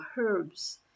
herbs